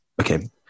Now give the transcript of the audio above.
okay